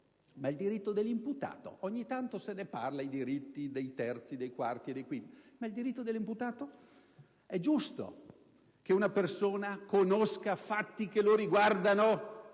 E il diritto dell'imputato? Ogni tanto si parla dei diritti dei terzi, dei quarti e dei quinti: ma il diritto dell'imputato? È giusto che una persona conosca fatti che la riguardano